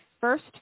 first